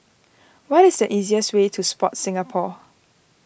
what is the easiest way to Sport Singapore